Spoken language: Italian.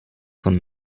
con